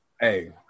hey